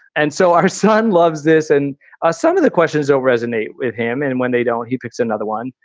and so our son loves this and ah some of the questions all resonate with him. and and when they don't, he picks another one.